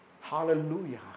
Hallelujah